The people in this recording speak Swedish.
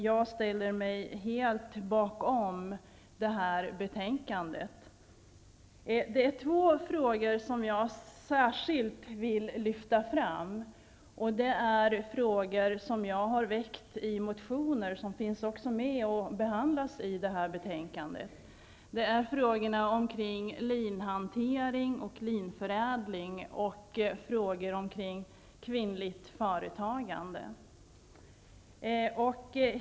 Jag ställer mig helt bakom detta betänkande. Det är två frågor som jag särskilt vill lyfta fram. Det är frågor som jag har tagit upp i motioner som jag har väckt, och dessa motioner behandlas i betänkandet. Det är frågor om linhantering och linförädling och frågor om kvinnligt företagande.